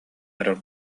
эрэр